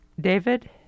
David